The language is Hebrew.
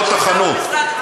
עוד תחנות.